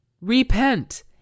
Repent